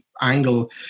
angle